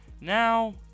Now